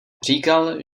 říkal